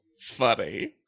funny